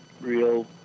real